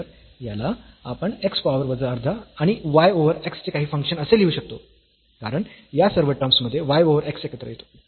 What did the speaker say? तर याला आपण x पॉवर वजा अर्धा आणि y ओव्हर x चे काही फंक्शन असे लिहू शकतो कारण या सर्व टर्म्स मध्ये y ओव्हर x एकत्र येतो